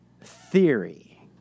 theory